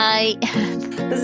Bye